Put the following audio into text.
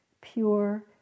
pure